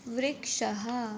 वृक्षः